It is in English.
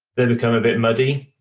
they become a bit muddy.